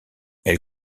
elle